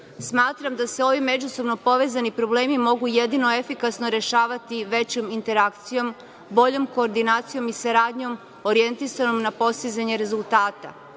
Smatram da se ovi međusobno povezani problemi mogu jedino efikasno rešavati većom interakcijom, boljom koordinacijom i saradnjom orijentisanom na postizanju rezultata.